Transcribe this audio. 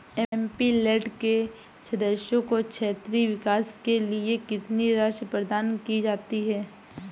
MP land के सदस्यों को क्षेत्रीय विकास के लिए कितनी राशि प्रदान की जाती है?